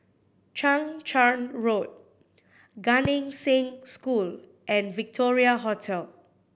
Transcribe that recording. Chang Charn Road Gan Eng Seng School and Victoria Hotel